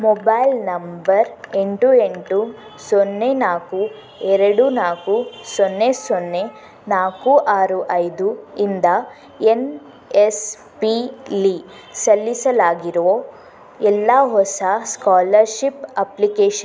mobile number ಎಂಟು ಎಂಟು ಸೊನ್ನೆ ನಾಲ್ಕು ಎರಡು ನಾಲ್ಕು ಸೊನ್ನೆ ಸೊನ್ನೆ ನಾಕು ಆರು ಐದು ಇಂದ ಎನ್ ಎಸ್ ಪೀಲಿ ಸಲ್ಲಿಸಲಾಗಿರೋ ಎಲ್ಲ ಹೊಸ ಸ್ಕಾಲರ್ಶಿಪ್ ಅಪ್ಲಿಕೇಷನ್ಗಳನ್ನು ಪಟ್ಟಿ ಮಾಡು